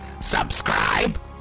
subscribe